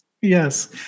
Yes